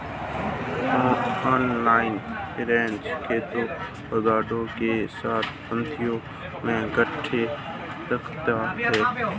inline wrapper खेतों और यार्डों के साथ पंक्तियों में गांठें रखता है